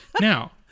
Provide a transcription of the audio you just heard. Now